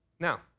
Now